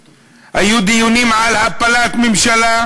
היה דיון על התקציב, היו דיונים על הפלת ממשלה,